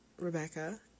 Rebecca